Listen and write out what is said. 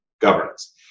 Governance